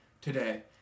today